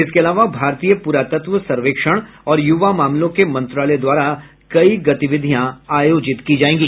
इसके अलावा भारतीय पुरातत्व सर्वेक्षण और युवा मामलों के मंत्रालय द्वारा कई गतिविधियां आयोजित की जायेगी